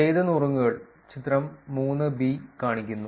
ചെയ്ത നുറുങ്ങുകൾ ചിത്രം 3 ബി കാണിക്കുന്നു